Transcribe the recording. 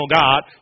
God